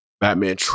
Batman